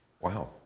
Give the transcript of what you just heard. Wow